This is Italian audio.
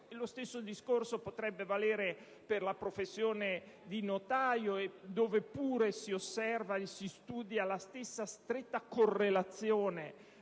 Lo stesso discorso potrebbe valere per la professione di notaio, dove pure si osserva e si studia la stessa stretta correlazione